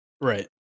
right